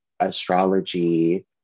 astrology